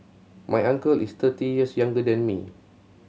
my uncle is thirty years younger than me